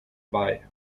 bei